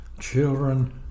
children